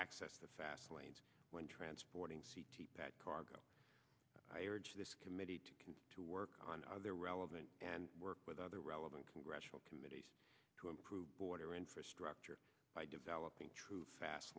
access the fast lanes when transporting that cargo i urge this committee to work on other relevant and work with other relevant congressional committees to improve border infrastructure by developing tru